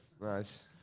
Nice